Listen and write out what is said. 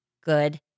good